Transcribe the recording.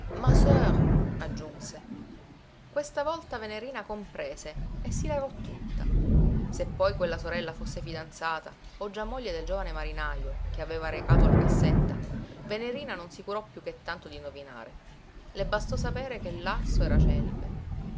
aggiunse questa volta venerina comprese e s'ilarò tutta se poi quella sorella fosse fidanzata o già moglie del giovane marinajo che aveva recato la cassetta venerina non si curò piú che tanto d'indovinare le bastò sapere che